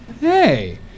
Hey